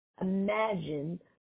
imagine